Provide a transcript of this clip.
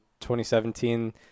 2017